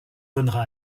donnera